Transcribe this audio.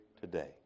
today